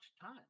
time